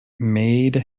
made